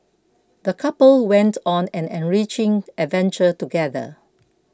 the couple went on an enriching adventure together